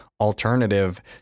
alternative